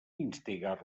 instigar